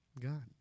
God